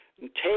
take